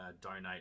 donate